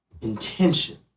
Intention